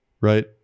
Right